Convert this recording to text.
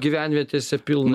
gyvenvietėse pilna